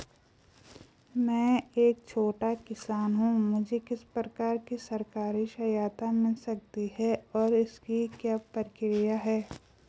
मैं एक छोटा किसान हूँ मुझे किस प्रकार की सरकारी सहायता मिल सकती है और इसकी क्या प्रक्रिया है?